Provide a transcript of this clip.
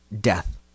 death